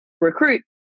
recruit